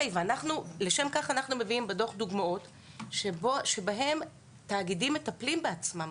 לשם כך אנחנו מביאים בדו"ח דוגמאות שבהן התאגידים מטפלים בעצמם,